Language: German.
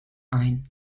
ein